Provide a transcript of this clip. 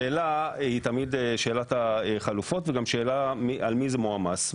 השאלה היא תמיד שאלת החלופות וגם שאלה על מי זה מועמס,